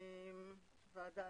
הוועדה.